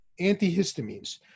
Antihistamines